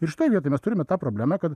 ir šitoj vietoj mes turime tą problemą kad